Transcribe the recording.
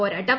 പോരാട്ടം